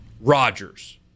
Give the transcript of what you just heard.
Rogers